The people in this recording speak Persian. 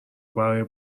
برای